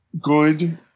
good